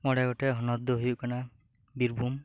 ᱢᱚᱬᱮ ᱜᱚᱴᱮᱱ ᱦᱚᱱᱚᱛ ᱫᱚ ᱦᱩᱭᱩᱜ ᱠᱟᱱᱟ ᱵᱤᱨᱵᱷᱩᱢ